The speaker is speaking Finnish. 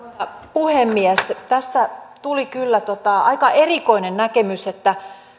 puhemies tässä tuli kyllä aika erikoinen näkemys että